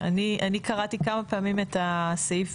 אני קראתי כמה פעמים את הסעיף